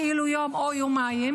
כאילו יום או יומיים,